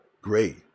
Great